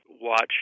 watch